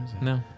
No